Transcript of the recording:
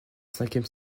cinquième